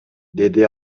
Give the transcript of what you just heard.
деди